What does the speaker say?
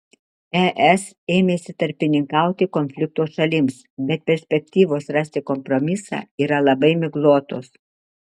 es ėmėsi tarpininkauti konflikto šalims bet perspektyvos rasti kompromisą yra labai miglotos